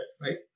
right